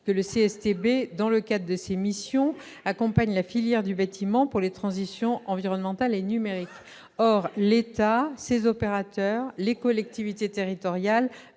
que le CSTB, dans le cadre de ses missions, accompagne la filière du bâtiment dans les transitions environnementale et numérique. Or l'État, ses opérateurs, les collectivités territoriales